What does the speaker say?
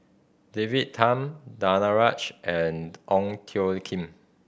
David Tham Danaraj and Ong Toe Kim